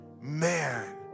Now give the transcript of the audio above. man